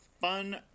fun